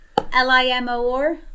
L-I-M-O-R